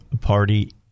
Party